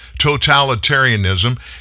totalitarianism